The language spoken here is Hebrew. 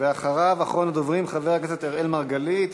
ואחריו, אחרון הדוברים, חבר הכנסת אראל מרגלית.